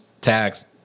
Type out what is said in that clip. tax